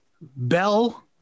Bell